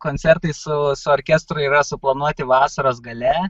koncertai su orkestru yra suplanuoti vasaros gale